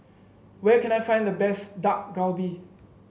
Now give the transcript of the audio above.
where can I find the best Dak Galbi